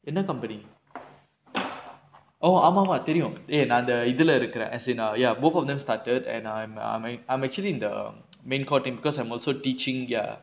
என்ன:enna company oh ஆமா ஆமா தெரியும்:aamaa aamaa theriyum eh நா இந்த இதுல இருக்குறேன்:naa intha ithula irukkuraen as in ya both of them started and I'm I'm I'm I'm actually in the main courting because I'm also teaching ya